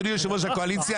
אדוני יושב-ראש הקואליציה,